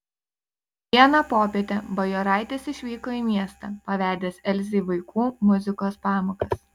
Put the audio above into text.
vieną popietę bajoraitis išvyko į miestą pavedęs elzei vaikų muzikos pamokas